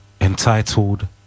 entitled